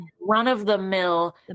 run-of-the-mill